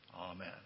Amen